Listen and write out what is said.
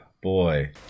Boy